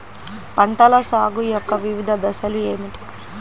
పంటల సాగు యొక్క వివిధ దశలు ఏమిటి?